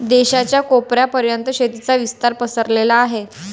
देशाच्या कोपऱ्या पर्यंत शेतीचा विस्तार पसरला आहे